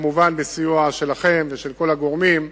כמובן בסיוע שלכם ושל כל הגורמים,